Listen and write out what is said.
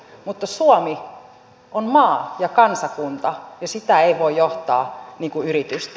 mutta suomi on maa ja kansakunta ja sitä ei voi johtaa niin kuin yritystä